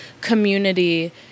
community